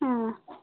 ಹಾಂ